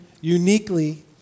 uniquely